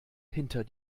hinter